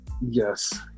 Yes